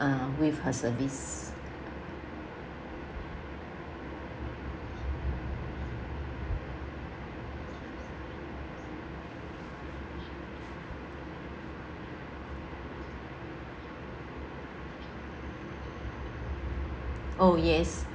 uh with her service oh yes